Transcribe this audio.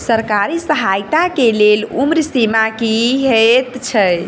सरकारी सहायता केँ लेल उम्र सीमा की हएत छई?